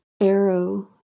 arrow